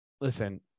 listen